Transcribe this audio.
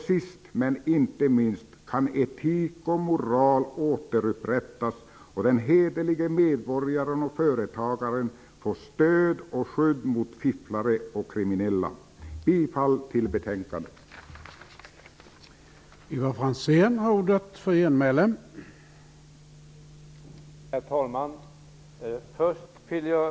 Sist men inte minst kan etik och moral återupprättas, och den hederlige medborgaren och företagaren kan få stöd och skydd mot fifflare och kriminella. Jag yrkar bifall till utskottets hemställan.